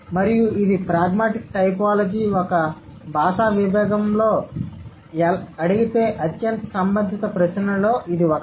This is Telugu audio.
మరియు ఇది ప్రాగ్మాటిక్ టైపోలాజీ ఒక భాషా విభాగంలో అడిగే అత్యంత సంబంధిత ప్రశ్నలలో ఇది ఒకటి